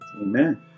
Amen